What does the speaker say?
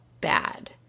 bad